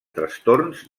trastorns